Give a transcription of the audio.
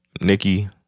Nikki